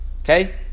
okay